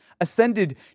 ascended